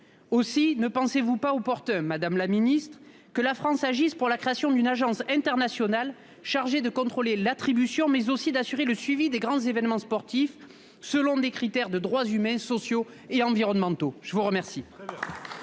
ministre, ne pensez-vous pas opportun que la France agisse pour la création d'une agence internationale chargée de contrôler l'attribution, mais également d'assurer le suivi des grands événements sportifs selon des critères de droits humains, sociaux et environnementaux ? La parole